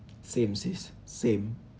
same sis same